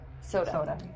Soda